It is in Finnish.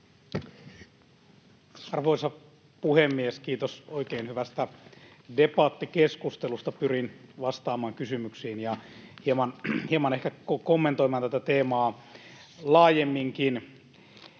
Arvoisa puhemies! Kiitos oikein hyvästä debattikeskustelusta. Pyrin vastaamaan kysymyksiin ja hieman ehkä kommentoimaan tätä teemaa laajemminkin.